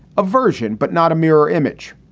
a version but not a mirror image.